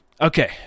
Okay